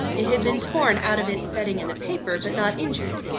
it had been torn out of its setting in the paper, but not injured.